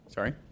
Sorry